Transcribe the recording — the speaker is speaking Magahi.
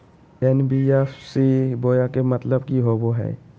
एन.बी.एफ.सी बोया के मतलब कि होवे हय?